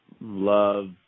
love